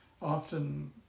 often